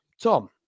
Tom